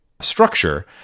structure